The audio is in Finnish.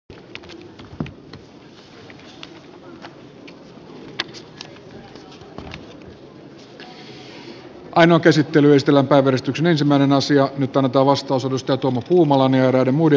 aino käsittelystä lankaa verestyksen ensimmäinen asia nyt annetaan vastaus edustaja tuomo puumalan ynnä muuta